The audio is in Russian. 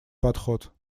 подход